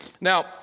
Now